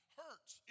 hurts